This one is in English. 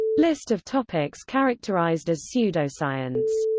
list of topics characterized as pseudoscience